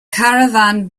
caravan